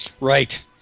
Right